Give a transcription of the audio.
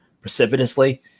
precipitously